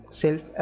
self